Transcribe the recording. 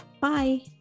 Bye